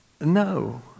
No